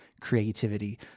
creativity